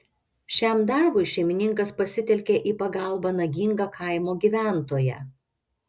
šiam darbui šeimininkas pasitelkė į pagalbą nagingą kaimo gyventoją